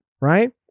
Right